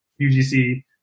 UGC